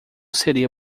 seria